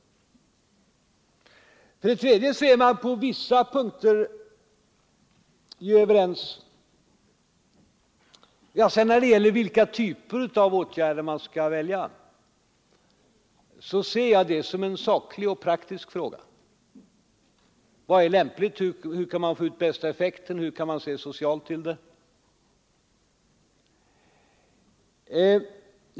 För det tredje är man överens på vissa punkter. När det gäller vilka åtgärder man skall välja, så ser jag det som en saklig och praktisk fråga. Vad är lämpligt? Hur kan man få ut den bästa effekten? Hur kan man se socialt på detta?